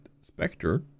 Spectre